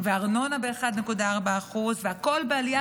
וארנונה ב-1.4% והכול בעלייה,